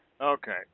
Okay